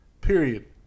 Period